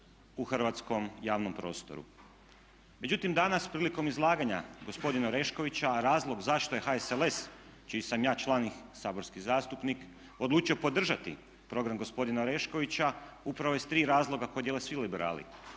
u hrvatskom javnom prostoru. Međutim, danas prilikom izlaganja gospodina Oreškovića, a razlog zašto je HSLS čiji sam ja član i saborski zastupnik odlučio podržati program gospodina Oreškovića upravo iz tri razloga koje dijele svi liberali: